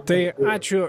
tai ačiū